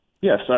Yes